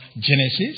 Genesis